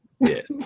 Yes